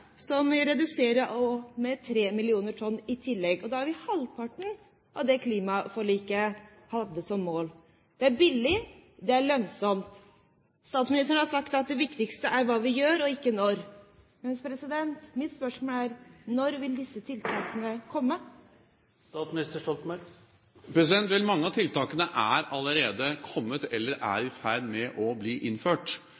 som vil redusere med 3 mill. tonn i tillegg. Da har vi nådd halvparten av det klimaforliket hadde som mål. Det er billig. Det er lønnsomt. Statsministeren har sagt at det viktigste er hva vi gjør, og ikke når. Mitt spørsmål er: Når vil disse tiltakene komme? Vel, mange av tiltakene har allerede kommet, eller er